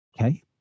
okay